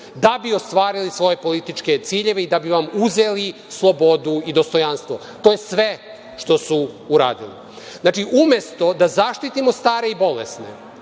da bi ostvarili svoje političke ciljeve i da bi vam uzeli slobodu i dostojanstvo. To je sve što su uradili. Znači, umesto da zaštitimo stare i bolesne,